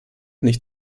nicht